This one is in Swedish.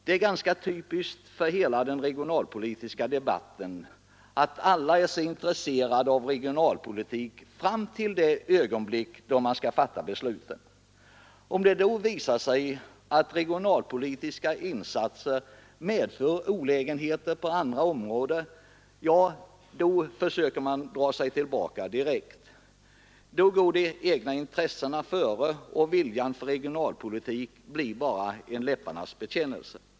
Det är ganska typiskt för hela den regionalpolitiska debatten att alla är så intresserade av regionalpolitik fram till det ögonblick då man skall fatta beslut. Om det då visar sig att regionalpolitiska insatser medför olägenheter på andra områden försöker man dra sig tillbaka direkt. Då går de egna intressena före och viljan att syssla med regionalpolitik blir bara en läpparnas bekännelse.